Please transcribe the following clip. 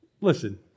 listen